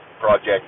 project